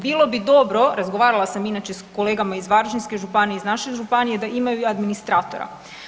Bilo bi dobro, razgovarala sam inače s kolegama iz Varaždinske županije, iz naše županije da imaju i administratora.